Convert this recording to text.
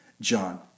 John